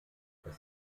das